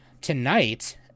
tonight